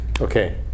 Okay